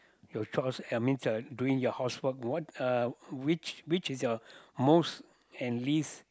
your chores uh means doing your housework what uh which which is your most and least